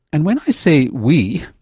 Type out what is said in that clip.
and when i say we,